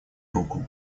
руку